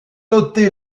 noter